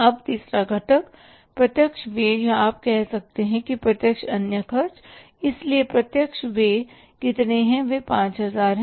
अब तीसरा घटक प्रत्यक्ष व्यय या आप कह सकते हैं प्रत्यक्ष अन्य खर्च इसलिए प्रत्यक्ष व्यय कितने हैं वे 5000 हैं